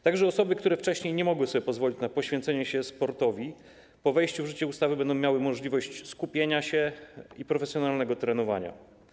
Także osoby, które wcześniej nie mogły sobie pozwolić na poświęcenie się sportowi, po wejściu w życie ustawy będą miały możliwość skupienia się i profesjonalnego trenowania.